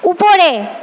উপরে